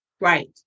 right